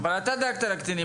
אבל אתה דאגת לקטינים.